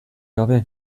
gabe